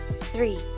Three